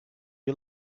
you